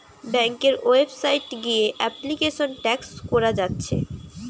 ব্যাংকের ওয়েবসাইট গিয়ে application track কোরা যাচ্ছে